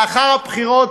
לאחר הבחירות,